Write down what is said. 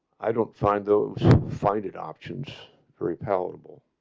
i don't find those fight it options very palatable